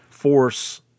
force